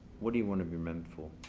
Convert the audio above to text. what do you want to be remembered for?